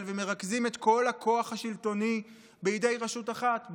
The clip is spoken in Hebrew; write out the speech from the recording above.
ומרכזים את כל הכוח השלטוני בידי רשות אחת,